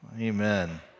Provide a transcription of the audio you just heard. Amen